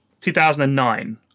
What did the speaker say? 2009